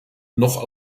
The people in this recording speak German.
noch